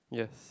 yes